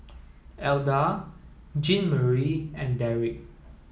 Elda Jeanmarie and Derek